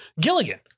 Gilligan